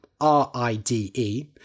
R-I-D-E